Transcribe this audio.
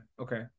Okay